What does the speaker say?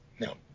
no